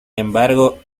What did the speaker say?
embargo